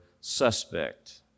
suspect